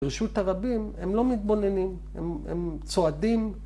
‫בראשות הרבים הם לא מתבוננים, ‫הם צועדים.